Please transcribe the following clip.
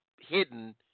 hidden